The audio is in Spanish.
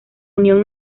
unión